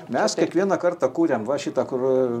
mes kiekvieną kartą kuriam va šitą kru